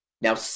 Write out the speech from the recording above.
Now